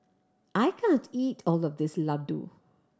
I can't eat all of this laddu